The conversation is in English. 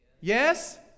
Yes